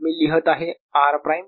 मी लिहीत आहे r prime